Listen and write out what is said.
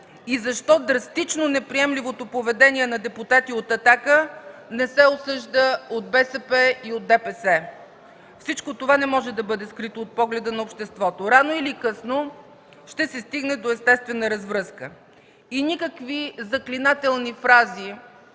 И защо драстично неприемливото поведение на депутати от „Атака” не се осъжда от БСП и ДПС? Всичко това не може да бъде скрито от погледа на обществото – рано или късно ще се стигне до естествена развръзка. И никакви заклинателни фрази: